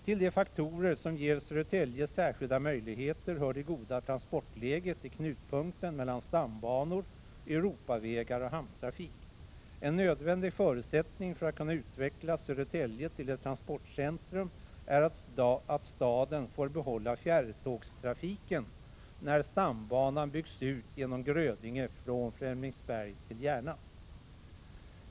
Till de faktorer som ger Södertälje särskilda möjligheter hör det goda transportläget i knutpunkten mellan stambanor, Europavägar och hamntrafik. En nödvändig förutsättning för att kunna utveckla Södertälje till ett transportcentrum är att staden får behålla fjärrtågstrafiken, när stambanan byggts ut genom Grödinge från Flemingsberg till Järna.